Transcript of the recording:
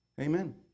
Amen